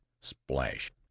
splash